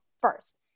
first